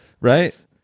right